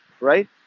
right